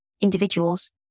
individuals